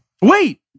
Wait